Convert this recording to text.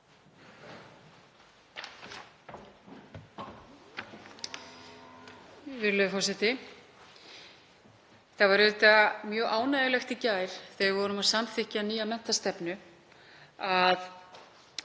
Það var reyndar mjög ánægjulegt í gær þegar við vorum að samþykkja nýja menntastefnu, að